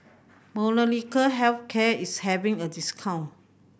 Molnylcke Health Care is having a discount